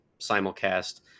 simulcast